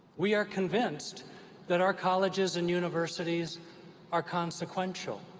we are convinced that our colleges and universities are consequential.